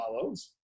follows